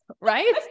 right